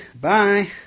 Bye